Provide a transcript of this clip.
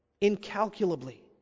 incalculably